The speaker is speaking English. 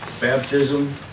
baptism